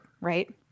right